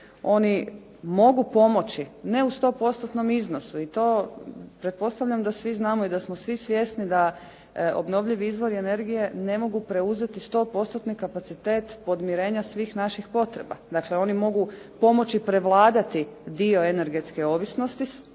oni mogu pomoći ne u 100 postotnom iznosu i to pretpostavljam da svi znamo i da smo svi svjesni da obnovljivi izvori energije ne mogu preuzeti 100 postotni kapacitet podmirenja svih naših potreba. Dakle, oni mogu pomoći prevladati dio energetske ovisnosti,